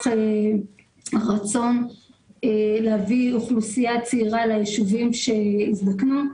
רצון להביא אוכלוסייה צעירה ליישובים בהם האוכלוסייה הזדקנה.